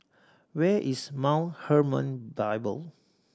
where is Mount Hermon Bible